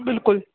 बिल्कुल